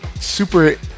super